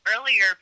earlier